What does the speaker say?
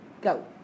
go